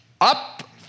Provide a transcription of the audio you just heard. up